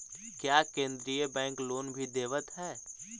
क्या केन्द्रीय bank loan भी देवत हैं